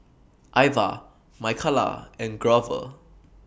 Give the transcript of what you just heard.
Ivah Michaela and Grover